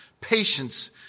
patience